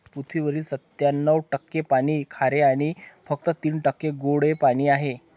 पृथ्वीवरील सत्त्याण्णव टक्के पाणी खारे आणि फक्त तीन टक्के गोडे पाणी आहे